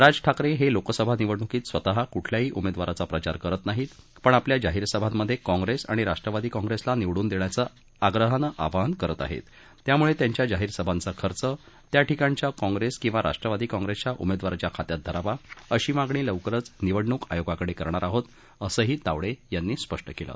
राज ठाकरे हे लोकसभा निवडणुकीत स्वतः कुठल्याही उमेदवाराचा प्रचार करीत नाहीत पण आपल्या जाहिर सभांमध्ये काँप्रेस आणि राष्ट्रवादी काँप्रेसला निवडून देण्याचं आग्रहानं आवाहन करत आहेत त्यामुळे त्यांच्या जाहीर सभांचा खर्च त्या ठिकाणच्या काँप्रेस किंवा राष्ट्र्वादी काँप्रेसच्या उमेदवाराच्या खात्यात धरावा अशी मागणी लवकरच निवडणूक आयोगाकडे करणार आहोत असंही तावडे यांनी स्पष्ट केलं